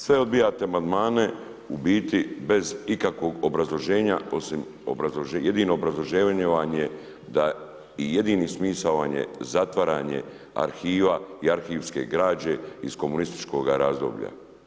Sve odbijate amandmane u biti bez ikakvog obrazloženja osim obrazloženja, jedino obrazloženje vam je da i jedini smisao vam je zatvaranje arhiva i arhivske građe iz komunističkoga razdoblja.